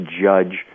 judge